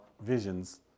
visions